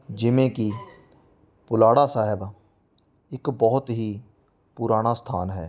ਜਿਵੇਂ ਕਿ ਪੁਲਾੜਾ ਸਾਹਿਬ ਇੱਕ ਬਹੁਤ ਹੀ ਪੁਰਾਣਾ ਸਥਾਨ ਹੈ